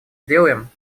сделаем